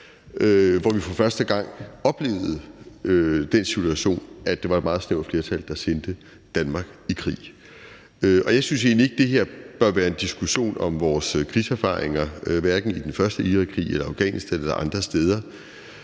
hvor vi for første gang oplevede den situation, at det var et meget snævert flertal, der sendte Danmark i krig. Og jeg synes egentlig ikke, at det her bør være en diskussion om vores krigserfaringer – hverken i den første Irakkrig eller krigen i Afghanistan eller andre steder.